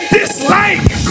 dislike